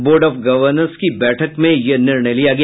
board of governors की बैठक में यह निर्णय लिया गया